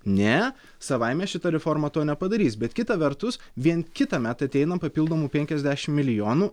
ne savaime šita reforma to nepadarys bet kita vertus vien kitąmet ateina papildomų penkiasdešim milijonų